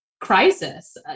crisis